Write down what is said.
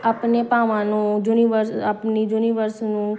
ਆਪਣੇ ਭਾਵਾਂ ਨੂੰ ਯੂਨੀਵਰਸ ਆਪਣੀ ਯੂਨੀਵਰਸ ਨੂੰ